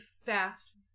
fast